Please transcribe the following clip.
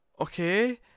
Okay